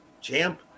Champ